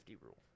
rule